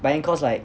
but then cause like